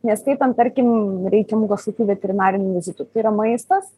neskaitant tarkim reikiamų kažkokių veterinarinių vizitų tai yra maistas